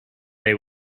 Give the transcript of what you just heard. they